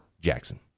Jackson